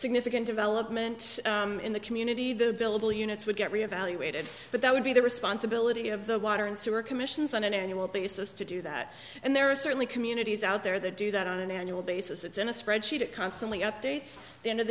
significant development in the community the billable units would get re evaluated but that would be the responsibility of the water and sewer commissions on an annual basis to do that and there are certainly communities out there that do that on an annual basis it's in a spreadsheet it constantly updates the end of